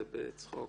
זה בצחוק.